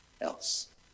else